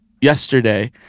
yesterday